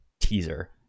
teaser